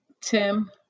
Tim